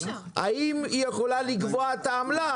יש כספומטים, אני לא יודע אם זה ATM או משהו